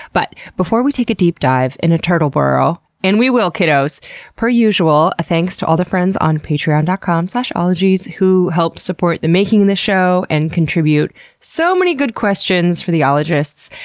but before we take a deep dive in a turtle burrow and we will kiddos per usual, a thanks to all the friends on patreon dot com slash ologies who help support the making of this show and contribute so many good questions for the ologists.